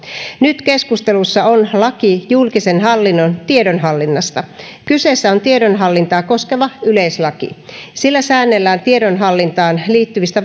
nyt keskustelussa on laki julkisen hallinnon tiedonhallinnasta kyseessä on tiedonhallintaa koskeva yleislaki sillä säännellään tiedonhallintaan liittyvistä